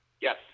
Yes